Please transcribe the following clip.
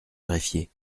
greffier